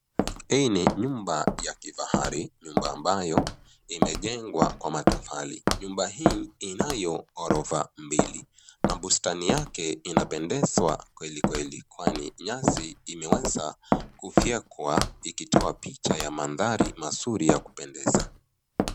Hii ni nyumba ya kifahari. Nyumba ambayo imejengwa kwa matofali. Nyumba hii inayo orofa mbili na bustani yake inapendezwa kweli kweli kwani nyasi imeweza kufyekwa ikitoa picha ya mandhari mazuri ya kupendeza.